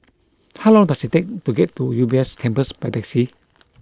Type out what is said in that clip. how long does it take to get to U B S Campus by taxi